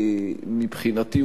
מבחינתי,